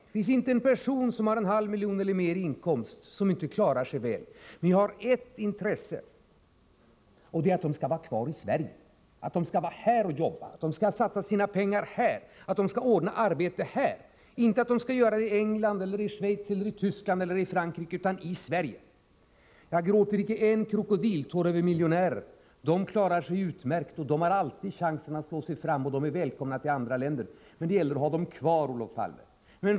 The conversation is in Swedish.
Det finns inte en person som har en halv miljon eller mer i inkomst som inte klarar sig väl, men jag har ett intresse: att han skall vara kvar i Sverige, att han skall vara kvar och arbeta och satsa sina pengar här, att han skall ordna arbete här, inte i England, Schweiz, Västtyskland eller Frankrike utan i Sverige. Jag fäller inte en krokodiltår över miljonärer, de klarar sig utmärkt och de har alltid chansen att slå sig fram och är välkomna till andra länder. Det gäller att ha dem kvar, Olof Palme.